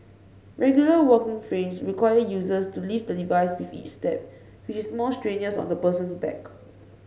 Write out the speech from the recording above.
regular walking frames require users to lift the device with each step which is more strenuous on the person's back